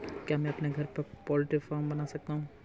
क्या मैं अपने घर पर पोल्ट्री फार्म बना सकता हूँ?